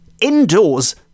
indoors